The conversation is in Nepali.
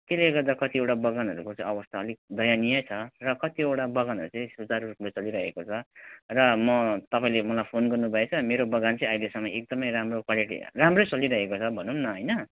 त्यसले गर्दा कतिवटा बगानहरूको चाहिँ अवस्था अलिक दयनीय छ र कतिवटा बगानहरू चाहिँ सुचारु रूपले चलिरहेको छ र म तपाईँले मलाई फोन गर्नु भएछ मेरो बगान चाहिँ अहिलेसम्म एकदम राम्रो क्वालिटी राम्रै चलिरहेको छ भनौँ न होइन